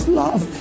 love